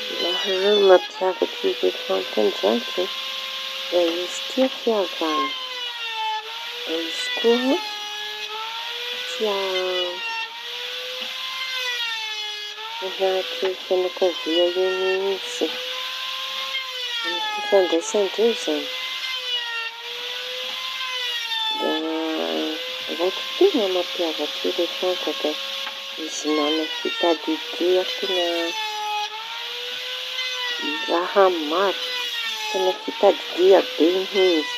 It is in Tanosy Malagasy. Ny raha mampiavaky elefanta ndraiky da izy tia fihavana. Da izy koa tia anaty fianakavia iñy mihitsy ny amin'ny fifandraisan-dreo zany. Da raiky teña mampiavaky elefanta da izy maña fitadidia teña raha maro teña fitadidia be mihitsy.